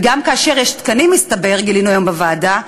וגם כאשר יש תקנים, מסתבר, גילינו היום בוועדה,